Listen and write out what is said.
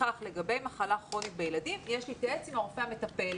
לפיכך לגבי מחלה כרונית בילדים יש להתייעץ עם הרופא המטפל".